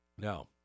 Now